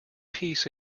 peace